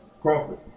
Crawford